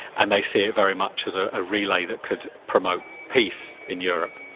and they see it very much as a ah relay that could promote peace in europe.